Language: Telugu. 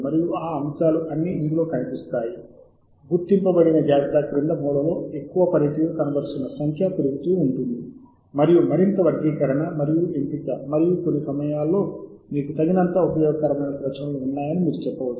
మరియు మీరు ఈ లింక్పై క్లిక్ చేస్తే అప్పుడు మీరు గుర్తించిన జాబితా అంశాలు ఇక్కడ ఇవ్వబడ్డాయి అని చూడవచ్చు